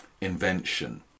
invention